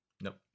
Nope